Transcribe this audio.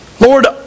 Lord